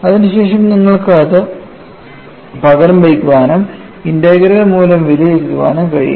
അതിനുശേഷം നിങ്ങൾക്ക് ഇത് പകരം വയ്ക്കാനും ഇന്റഗ്രൽ മൂല്യം വിലയിരുത്താനും കഴിയും